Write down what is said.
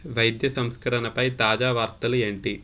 వైద్య సంస్కరణపై తాజా వార్తలు ఏంటి